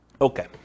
Okay